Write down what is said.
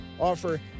offer